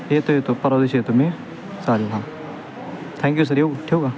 येतो येतो परवा दिवशी येतो मी चालेल हां थँक्यू सर येऊ ठेवू का